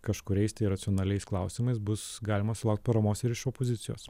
kažkuriais tai racionaliais klausimais bus galima sulaukt paramos ir iš opozicijos